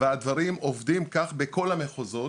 והדברים עובדים כך בכל המחוזות,